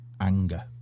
Anger